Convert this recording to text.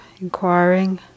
inquiring